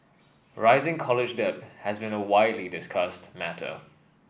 rising college debt has been a widely discussed matter